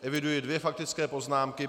Eviduji dvě faktické poznámky.